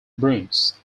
bruins